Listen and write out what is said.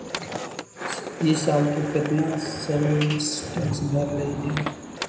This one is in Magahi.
ई साल तु केतना सेल्स टैक्स भरलहिं हे